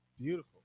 Beautiful